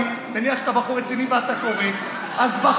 אני מניח שאתה בחור רציני ואתה קורא בחומר